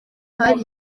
hari